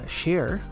share